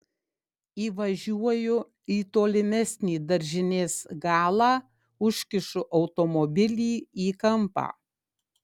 įvažiuoju į tolimesnį daržinės galą užkišu automobilį į kampą